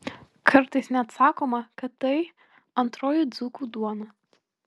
kartais net sakoma kad tai antroji dzūkų duona